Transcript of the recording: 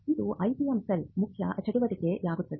ಇದು IPM cell ಮುಖ್ಯ ಚಟುವಟಿಕೆಯಾಗುತ್ತದೆ